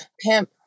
pimp